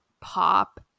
pop